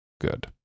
good